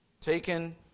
taken